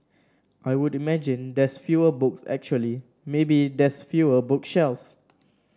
I would imagine there's fewer books actually maybe there's fewer book shelves